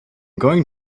going